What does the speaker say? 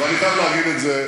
ואני חייב להגיד את זה,